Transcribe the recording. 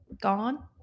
gone